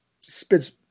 spits